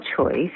choice